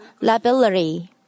liability